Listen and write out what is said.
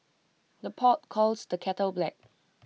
the pot calls the kettle black